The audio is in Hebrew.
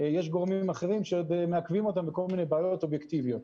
ויש גורמים אחרים שמעכבים אותם בכל מיני בעיות אובייקטיביות.